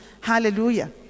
Hallelujah